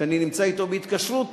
שאני נמצא אתו בהתקשרות,